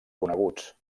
coneguts